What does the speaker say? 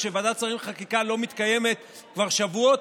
כשוועדת שרים לחקיקה לא מתקיימת כבר שבועות,